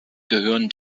gehören